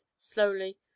slowly